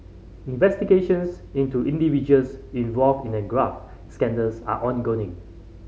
investigations into individuals involved in the graft scandals are